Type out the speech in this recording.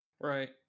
Right